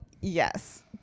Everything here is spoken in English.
yes